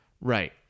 Right